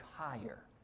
higher